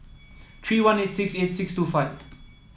three one eight six eight six two five